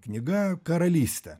knyga karalystė